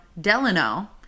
Delano